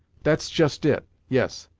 that's just it yes,